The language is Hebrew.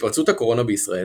בהתפרצות הקורונה בישראל,